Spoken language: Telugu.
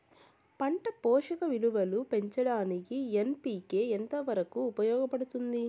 పంట పోషక విలువలు పెంచడానికి ఎన్.పి.కె ఎంత వరకు ఉపయోగపడుతుంది